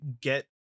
get